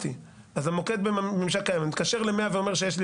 אז אם אני מתקשר ל-100 ואומר שיש לי